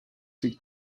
sich